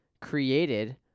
created